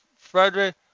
Frederick